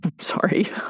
sorry